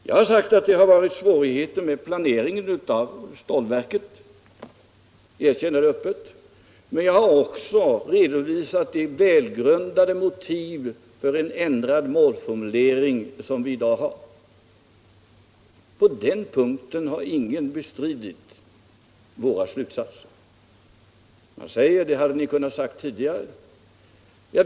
Jag har sagt att det har varit svårigheter med planeringen av stålverket —- jag erkänner det öppet — men jag har också redovisat de välgrundade motiv för en ändrad målformulering som vi har i dag. På den punkten har ingen bestritt våra slutsatser. Man säger då: Det hade ni väl kunnat säga tidigare!